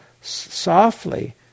softly